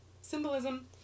Symbolism